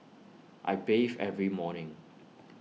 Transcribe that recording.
I bathe every morning